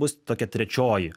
bus tokia trečioji